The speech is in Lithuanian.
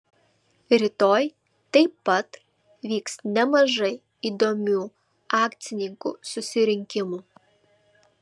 rytoj taip pat vyks nemažai įdomių akcininkų susirinkimų